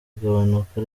gabanuka